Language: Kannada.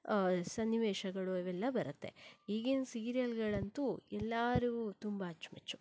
ಸನ್ನಿವೇಶಗಳು ಅವೆಲ್ಲ ಬರತ್ತೆ ಈಗಿನ ಸೀರಿಯಲ್ಗಳಂತೂ ಎಲ್ಲರಿಗೂ ತುಂಬ ಅಚ್ಚುಮೆಚ್ಚು